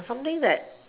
something that